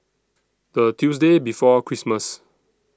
The Tuesday before Christmas